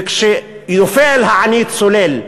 וכשנופל העני צולל,